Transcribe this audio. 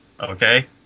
okay